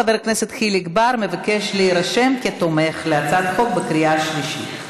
חבר הכנסת חיליק בר מבקש להירשם כתומך בהצעת החוק בקריאה השלישית.